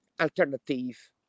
alternative